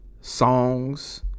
songs